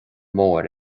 mbóthar